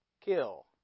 kill